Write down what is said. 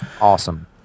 Awesome